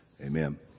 Amen